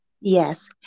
Yes